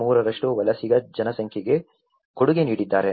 3 ವಲಸಿಗ ಜನಸಂಖ್ಯೆಗೆ ಕೊಡುಗೆ ನೀಡಿದ್ದಾರೆ